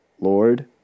Lord